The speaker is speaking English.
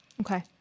Okay